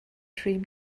dream